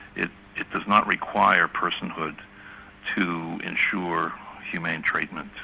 it does not require personhood to ensure humane treatment.